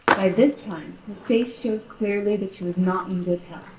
by this time her face showed clearly that she was not in good health.